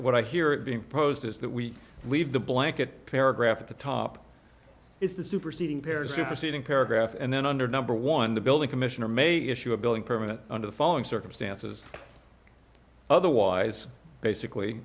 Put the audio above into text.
what i hear it being proposed is that we leave the blanket paragraph at the top is the superseding paired superseding paragraph and then under number one the building commissioner may issue a building permit under the following circumstances otherwise basically